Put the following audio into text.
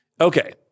Okay